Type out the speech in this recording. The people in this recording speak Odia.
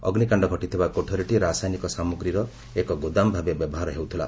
ଅଗ୍ନିକାଣ୍ଡ ଘଟିଥିବା କୋଠରୀଟି ରାସାୟନିକ ସାମଗ୍ରୀର ଏକ ଗୋଦାମ ଭାବେ ବ୍ୟବହାର ହେଉଥିଲା